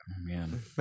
man